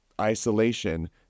isolation